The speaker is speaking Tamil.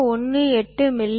18 மி